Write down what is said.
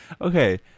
Okay